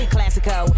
Classico